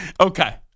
Okay